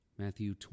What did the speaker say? Matthew